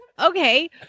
Okay